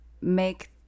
make